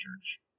church